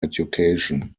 education